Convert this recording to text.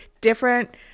different